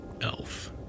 elf